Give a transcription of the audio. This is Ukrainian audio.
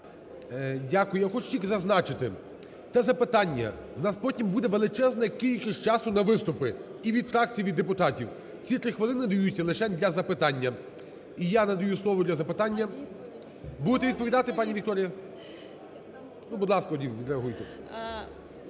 Дякую. Я хочу тільки зазначити, це запитання, в нас потім буде величезна кількість часу на виступи і від фракцій, і від депутатів, ці три хвилини даються лише для запитання. І я надаю слово для запитання... Будете відповідати, пані Вікторія? Ну, будь ласка, тоді відреагуйте.